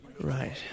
Right